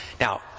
Now